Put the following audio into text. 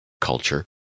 culture